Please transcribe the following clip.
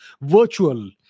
virtual